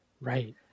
right